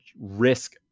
risk